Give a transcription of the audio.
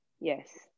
yes